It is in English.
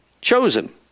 Chosen